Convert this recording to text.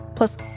Plus